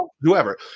whoever